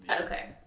Okay